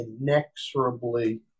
inexorably